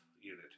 unit